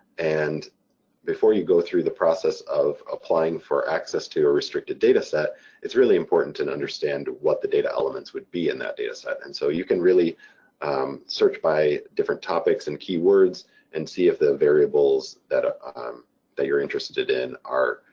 and before you go through the process of applying for access to a restricted data set it's really important to understand what the data elements would be in that data set. and so you can really search by different topics and keywords and see if the variables that ah um that you're interested in are,